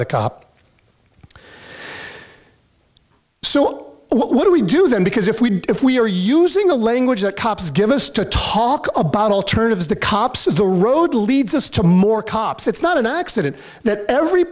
the cop so what do we do then because if we if we are using the language that cops give us to talk about alternatives to cops on the road leads us to more cops it's not an accident that every